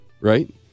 Right